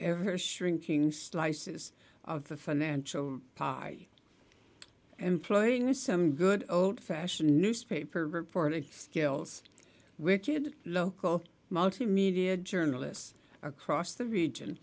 ever shrinking slices of the financial part employing some good old fashioned newspaper reporting skills which did local multimedia journalists across the region